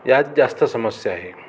यात जास्त समस्या आहे